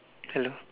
hello